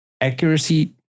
accuracy